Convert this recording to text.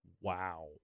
wow